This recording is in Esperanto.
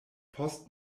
post